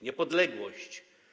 Niepodległość!